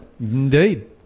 Indeed